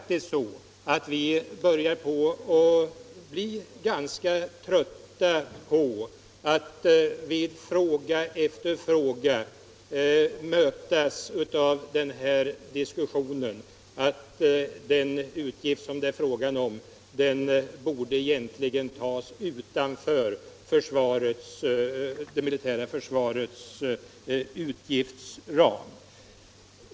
Vi börjar faktiskt bli ganska trötta på att i fråga efter fråga mötas av att den ifrågavarande utgiften egentligen borde tas utanför det militära försvarets utgiftsram.